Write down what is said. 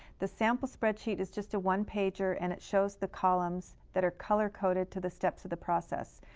the sample spreadsheet is just a one-pager, and it shows the columns that are color coded to the steps of the process.